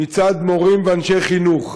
מצד מורים ואנשי חינוך,